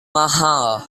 mahal